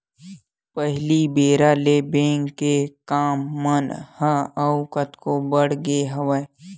पहिली बेरा ले बेंक के काम मन ह अउ कतको बड़ गे हवय